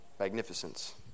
Magnificence